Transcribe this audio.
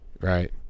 Right